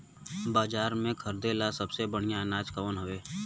बाजार में खरदे ला सबसे बढ़ियां अनाज कवन हवे?